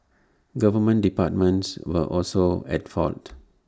government departments were also at fault